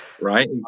right